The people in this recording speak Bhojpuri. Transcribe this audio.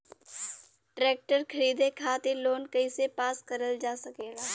ट्रेक्टर खरीदे खातीर लोन कइसे पास करल जा सकेला?